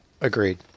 agreed